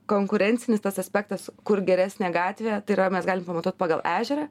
konkurencinis tas aspektas kur geresnė gatvė tai yra mes galim pamatuot pagal ežerą